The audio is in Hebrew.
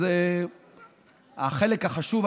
החלק החשוב,